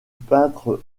peintre